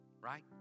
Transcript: Right